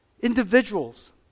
individuals